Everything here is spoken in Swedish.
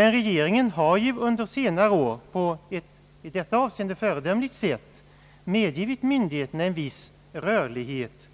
Regeringen har dock under senare år på ett i detta avseende föredömligt sätt medgivit myndigheterna en viss rörlighet